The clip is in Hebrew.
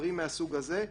ולדברים מהסוג הזה,